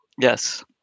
Yes